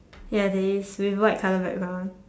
ya there is with white colour background